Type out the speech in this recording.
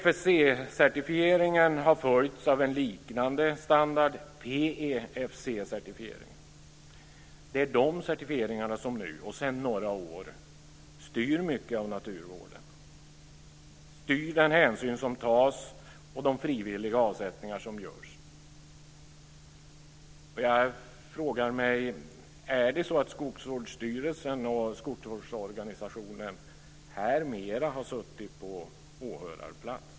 FSC-certifieringen har följts av en liknande standard, PEFC-certifieringen. Dessa certifieringar styr sedan några år mycket av naturvården; de styr den hänsyn som tas och de frivilliga avsättningar som görs. Jag frågar mig om skogsvårdsstyrelserna och skogsvårdsorganisationerna här har suttit på åhörarplats.